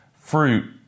fruit